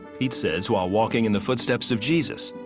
he says while walking in the footsteps of jesus,